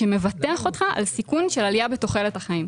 שמבטח אותך על סיכון של עלייה בתוחלת החיים.